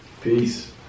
Peace